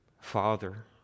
Father